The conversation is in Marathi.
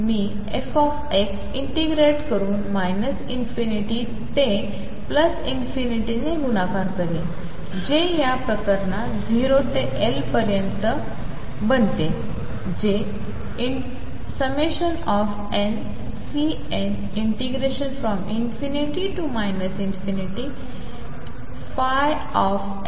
मीf इंटिग्रेट करून ∞ to ∞ ने गुणाकार करीन जे या प्रकरणात 0 ते L पर्यंत बनते जे nCn ∞mxndx आहे